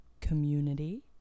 Community